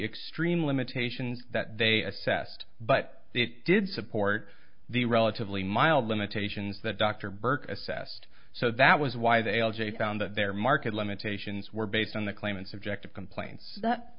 extreme limitations that they assessed but it did support the relatively mild limitations that dr burke assessed so that was why they all j found that their market limitations were based on the claim and subjective complaints that